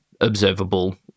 observable